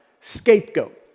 scapegoat